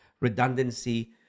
redundancy